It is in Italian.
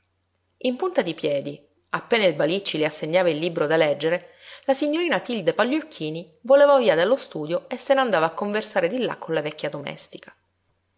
in punta di piedi appena il balicci le assegnava il libro da leggere la signorina tilde pagliocchini volava via dallo studio e se n'andava a conversare di là con la vecchia domestica